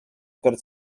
per